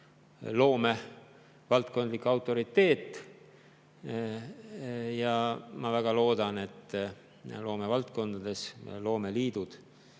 loomevaldkondlik autoriteet. Ma väga loodan, et loomevaldkondades saavad loomeliidud